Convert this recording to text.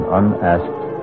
unasked